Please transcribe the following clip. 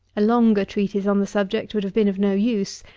a longer treatise on the subject would have been of no use.